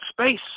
space